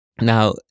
Now